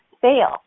fail